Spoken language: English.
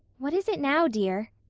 what is it now, dear?